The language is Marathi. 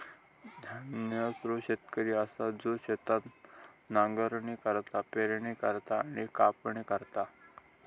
धन्ना ह्यो शेतकरी असा जो शेतात नांगरणी करता, पेरणी करता आणि कापणी करता